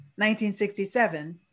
1967